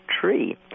tree